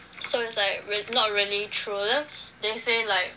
so it's like rea~ not really true lu~ they say like